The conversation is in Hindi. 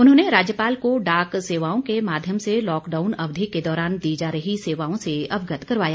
उन्होंने राज्यपाल को डाक सेवाओं के माध्यम से लॉकडाउन अवधि के दौरान दी जा रही सेवाओं से अवगत करवाया